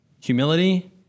Humility